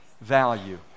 value